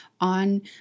on